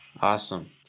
Awesome